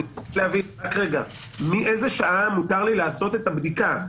ניסיתי להבין מאיזו שעה מותר לי לעשות את הבדיקה,